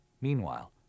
Meanwhile